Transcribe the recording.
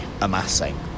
amassing